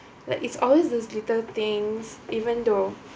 like it's always those little things even though